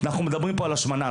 אנחנו מדברים פה על השמנה,